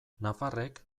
nafarrek